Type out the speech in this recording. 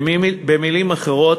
במילים אחרות,